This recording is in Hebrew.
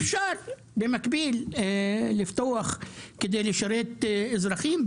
אפשר במקביל לפתוח סניפים כדי לשרת אזרחים,